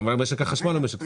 גם משק החשמל הוא משק סגור.